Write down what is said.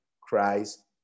Christ